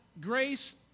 grace